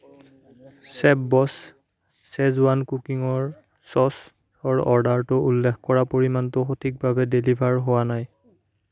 Chef Boss schezwan কুকিঙৰ চ'চৰ অৰ্ডাৰটোত উল্লেখ কৰা পৰিমাণটো সঠিকভাৱে ডেলিভাৰ হোৱা নাই